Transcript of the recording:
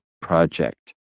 project